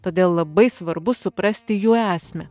todėl labai svarbu suprasti jų esmę